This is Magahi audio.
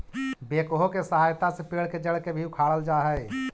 बेक्हो के सहायता से पेड़ के जड़ के भी उखाड़ल जा हई